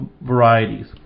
varieties